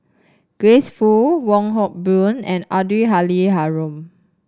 Grace Fu Wong Hock Boon and Abdul Halim Haron